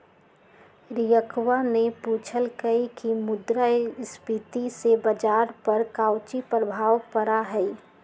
रियंकवा ने पूछल कई की मुद्रास्फीति से बाजार पर काउची प्रभाव पड़ा हई?